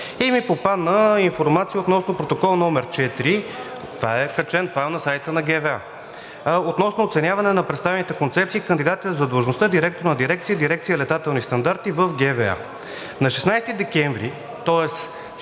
Попадна ми информация относно Протокол № 4 – това е качено на сайта на ГВА, относно оценяване на представените концепции на кандидатите за длъжността „директор на дирекция“ в дирекция „Летателни стандарти“ в ГВА. На 16 декември, тоест